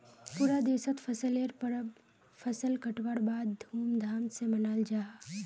पूरा देशोत फसलेर परब फसल कटवार बाद धूम धाम से मनाल जाहा